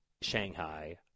Shanghai